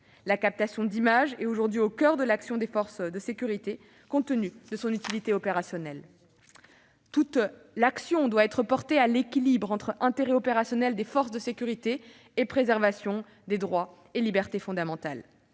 La captation d'images est aujourd'hui au coeur de l'action des forces de sécurité, compte tenu de son utilité opérationnelle. Toute l'attention doit être portée à l'équilibre entre l'intérêt opérationnel des forces de sécurité et la préservation des droits et libertés fondamentaux.